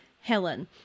Helen